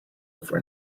over